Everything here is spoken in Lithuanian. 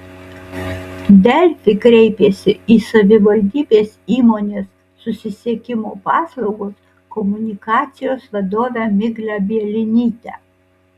delfi kreipėsi į savivaldybės įmonės susisiekimo paslaugos komunikacijos vadovę miglę bielinytę